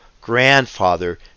grandfather